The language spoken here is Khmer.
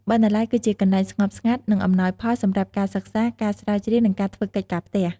បណ្ណាល័យគឺជាកន្លែងស្ងប់ស្ងាត់ និងអំណោយផលសម្រាប់ការសិក្សា ការស្រាវជ្រាវ និងការធ្វើកិច្ចការផ្ទះ។